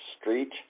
Street